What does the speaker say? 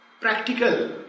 practical